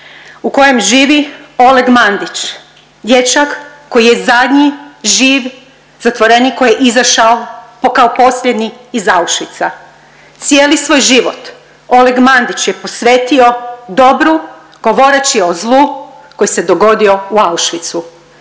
u kojem živi Oleg Mandić, dječak koji je zadnji živ zatvorenik koji je izašao kao posljednji iz Auschwitza. Cijeli svoj život Oleg Mandić je posvetio dobru, govoreći o zlu koji se dogodio u Auschwitzu.